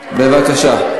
בבקשה.